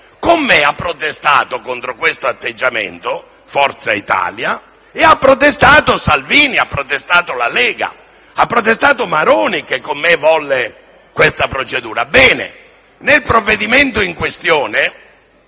a me ha protestato contro questo atteggiamento Forza Italia e hanno protestato Salvini e la Lega; ha protestato Maroni che, con me, volle questa procedura. Ebbene, nel provvedimento in questione,